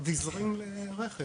אביזרים לרכב?